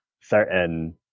certain